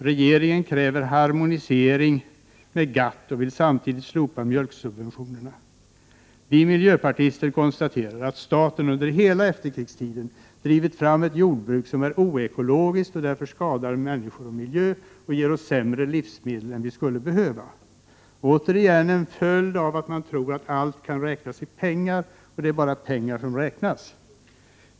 Regeringen kräver harmonisering med GATT och vill samtidigt slopa mjölksubventionerna. Vi miljöpartister konstaterar att staten under hela efterkrigstiden drivit fram ett jordbruk, som är oekologiskt och som därför skadar människor och miljö och ger oss sämre livsmedel än vad vi skulle behöva ha. Detta är återigen en följd av att man tror att allt kan räknas i pengar. Det är bara pengar som räknas.